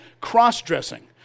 cross-dressing